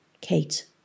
Kate